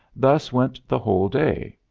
thus went the whole day.